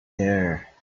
there